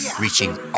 reaching